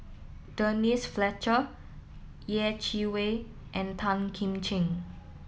Denise Fletcher Yeh Chi Wei and Tan Kim Ching